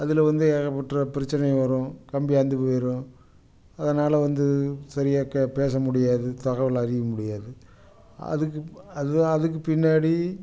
அதில் வந்து ஏகப்பட்ட பிரச்சனை வரும் கம்பி அந்து போய்ரும் அதனால் வந்து சரியா கே பேசமுடியாது தகவல் அறியமுடியாது அதுக்கு அது அதுக்கு பின்னாடி